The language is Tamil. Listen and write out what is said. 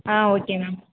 ah okay ma'am